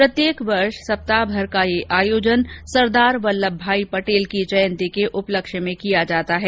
प्रत्येक वर्ष सप्ताहभर का यह आयोजन सरदार वल्लभभाई पटेल की जयंती के उपलक्ष्य में किया जाता है